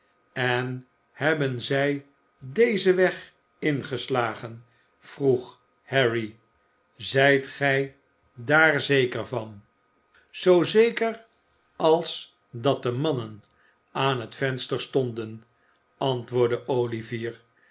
en hebben zij dezen weg ingeslagen vroeg harry zijt gij daar zeker van vruchtelooze nasporingen zoo zeker als dat de mannen aan het venster stonden antwoordde olivier